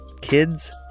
kids